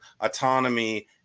autonomy